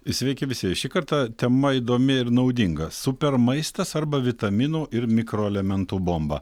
sveiki visi šį kartą tema įdomi ir naudinga super maistas arba vitaminų ir mikroelementų bomba